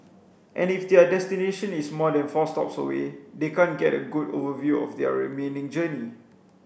and if their destination is more than four stops away they can't get a good overview of their remaining journey